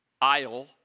aisle